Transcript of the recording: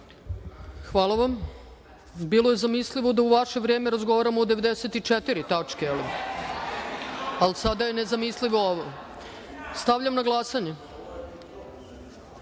Hvala vam, bilo je zamislivo da u vaše vreme razgovaramo o 94 tačke, ali sada je nezamislivo ovo. Stavljam na glasanje. Mene